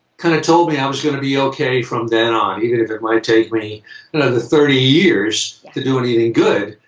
kinda told me i was gonna be ok from then on even if it might take me another thirty years to do anything good,